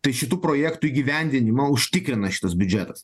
tai šitų projektų įgyvendinimą užtikrina šitas biudžetas